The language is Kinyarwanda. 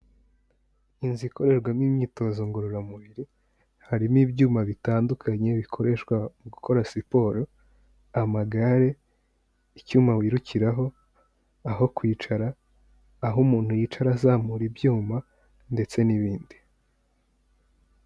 Inzu ikorerwamo imyitozo ngororamubiri, harimo ibyuma bitandukanye bikoreshwa mu gukora siporo, amagare, icyuma wirukiraho, aho kwicara, aho umuntu yicara azamura ibyuma ndetse n'ibindi.